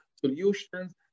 solutions